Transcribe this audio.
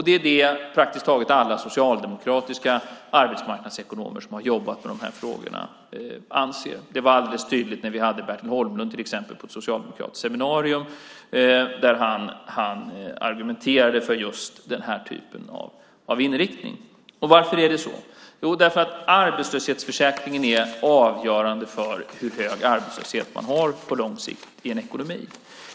Det är det praktiskt taget alla socialdemokratiska arbetsmarknadsekonomer som har jobbat med de här frågorna anser. Det var till exempel alldeles tydligt när vi hade Bertil Holmlund på ett socialdemokratiskt seminarium, där han argumenterade för just den här typen av inriktning. Varför är det så? Jo, därför att arbetslöshetsförsäkringen är avgörande för hur hög arbetslöshet man har på lång sikt i en ekonomi.